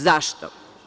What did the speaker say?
Zašto?